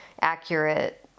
accurate